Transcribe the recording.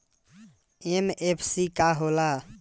MFC का हो़ला?